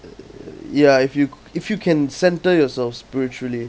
ya if you if you can center yourself spiritually